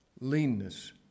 leanness